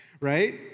right